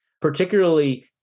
particularly